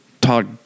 talk